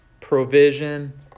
provision